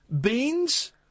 beans